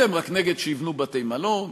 אתם רק נגד בניית בתי-מלון.